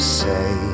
say